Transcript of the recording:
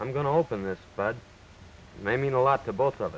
i'm going to open this but it may mean a lot to both of